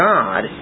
God